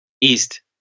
East